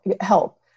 help